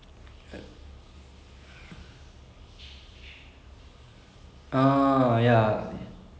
actually the first movie that he made also was not bad the Meesaya Murukku muruku that was nice அதுக்கு அடுத்து வந்தது தான்:athuku aduthu vanthathu than not nice